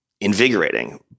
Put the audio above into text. invigorating